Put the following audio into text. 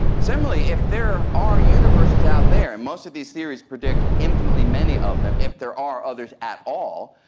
similarly, if there are universes out there, and most of these theories predict infinitely many of them, if there are others at all,